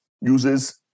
uses